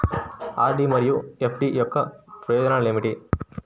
RD మరియు FD యొక్క ప్రయోజనాలు ఏమిటి?